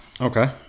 Okay